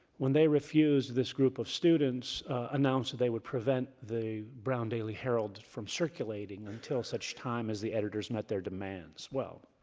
when they refused, this group of students announced that they would prevent the brown daily herald from circulating until such time as the editors met their demands. well,